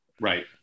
Right